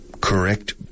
correct